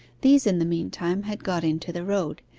these in the meantime had got into the road,